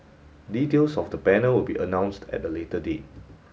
details of the panel will be announced at a later date